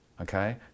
okay